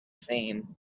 theme